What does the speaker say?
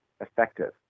effective